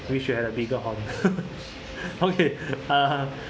we should have a bigger horn okay uh